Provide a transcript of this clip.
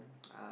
uh